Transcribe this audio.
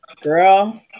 girl